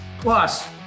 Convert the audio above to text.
Plus